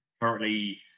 currently